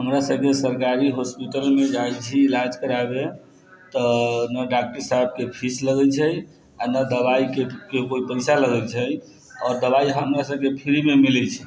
हमरा सबके सरकारी हॉस्पिटलमे जाइ छी इलाज कराबै तऽ नहि डॉक्टर साहबके फीस लगै छै आओर नहि दवाइके कोइ पैसा लगै छै आओर दवाइ हमरा सबके फ्रीमे मिलै छै